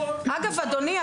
אדוני,